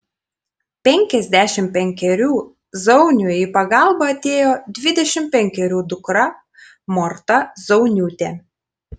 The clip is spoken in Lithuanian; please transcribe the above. penkiasdešimt penkerių zauniui į pagalbą atėjo dvidešimt penkerių dukra morta zauniūtė